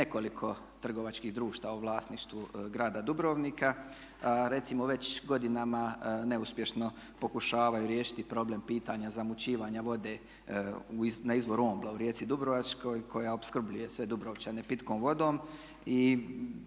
nekoliko trgovačkih društava u vlasništvu grada Dubrovnika. Recimo da već godinama neuspješno pokušavaju riješiti problem pitanja zamućivanja vode na izvoru OMBLA u rijeci dubrovačkoj koja opskrbljuje sve Dubrovčane pitkom vodom.